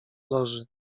loży